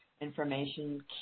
information